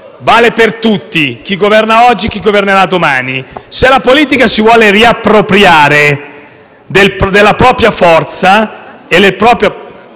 vale per tutti: c'è chi governa oggi e chi governerà domani. Se la politica si vuole riappropriare della propria forza e del proprio